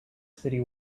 city